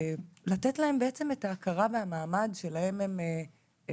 לתת להם בעצם את ההכרה ואת המעמד שלהם הם ראויים.